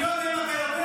אני לא יודע אם אתה יודע,